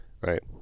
right